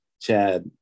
Chad